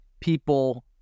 people